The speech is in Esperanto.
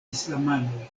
islamanoj